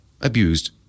abused